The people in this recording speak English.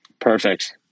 Perfect